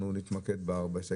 אנחנו נתמקד בארבעת ההסתייגויות.